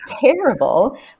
terrible